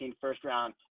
first-round